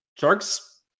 Sharks